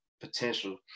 potential